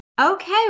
Okay